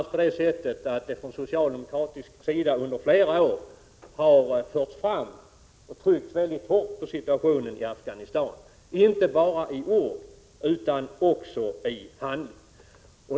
Socialdemokraterna har under flera år fört fram och tryckt mycket hårt på situationen i Afghanistan, inte bara i ord utan också i handling.